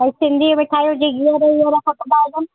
सिंधी मिठायूं जीअं गीहर खपंदा हुजनि